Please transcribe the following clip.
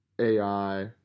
AI